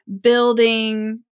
building